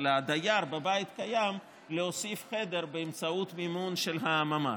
לדייר בבית קיים להוסיף חדר באמצעות מימון של הממ"ד.